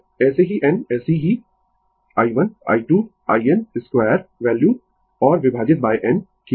है ऐसे ही n ऐसी ही i1 I2 in 2 वैल्यू और विभाजित n ठीक है